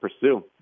pursue